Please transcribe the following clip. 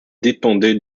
dépendait